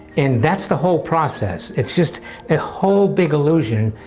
and that's the whole process. it's just a whole big illusion.